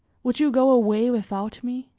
would you go away without me?